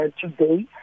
today